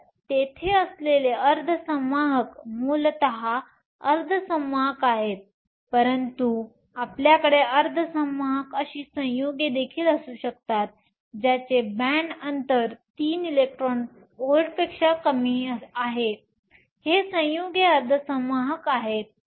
तर तेथे असलेले अर्धसंवाहक मूलत मूलभूत अर्धसंवाहक आहेत परंतु आपल्याकडे अर्धसंवाहक अशी संयुगे देखील असू शकतात ज्यांचे बॅण्ड अंतर 3 इलेक्ट्रॉन व्होल्टपेक्षा कमी आहे हे संयुगे अर्धसंवाहक आहेत